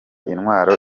intwaro